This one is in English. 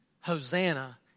Hosanna